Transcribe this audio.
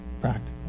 practical